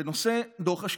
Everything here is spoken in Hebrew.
בנושא דוח השקיפות,